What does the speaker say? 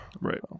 Right